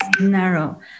narrow